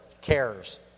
cares